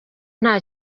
nta